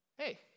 hey